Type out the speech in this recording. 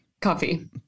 Coffee